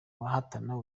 bahatana